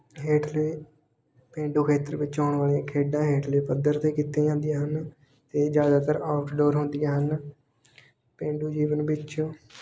ਹੇਠਲੇ ਪੇਂਡੂ ਖੇਤਰ ਵਿੱਚ ਆਉਣ ਵਾਲੀਆਂ ਖੇਡਾਂ ਹੇਠਲੇ ਪੱਧਰ 'ਤੇ ਕੀਤੀਆਂ ਜਾਂਦੀਆਂ ਹਨ ਅਤੇ ਜ਼ਿਆਦਾਤਰ ਆਊਟਡੋਰ ਹੁੰਦੀਆਂ ਹਨ ਪੇਂਡੂ ਜੀਵਨ ਵਿੱਚ